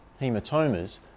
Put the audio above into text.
hematomas